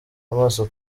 amaso